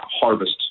harvest